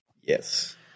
Yes